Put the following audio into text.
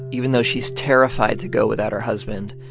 even though she's terrified to go without her husband,